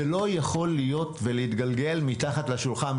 זה לא יכול להתגלגל מתחת לשולחן.